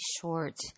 short